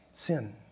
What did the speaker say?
Sin